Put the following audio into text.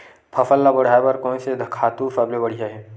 फसल ला बढ़ाए बर कोन से खातु सबले बढ़िया हे?